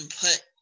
put